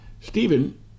Stephen